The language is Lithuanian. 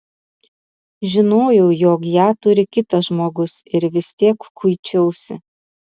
žinojau jog ją turi kitas žmogus ir vis tiek kuičiausi